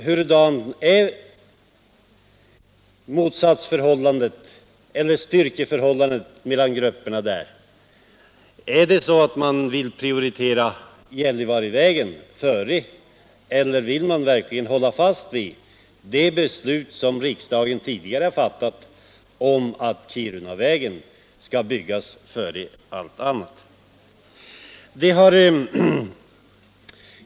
Hur starkt är motsatsförhållandet mellan grupperna där? Vill man prioritera Gällivarevägen, eller vill man stöda det beslut som riksdagen tidigare har fattat om att Kirunavägen skall byggas före allt annat?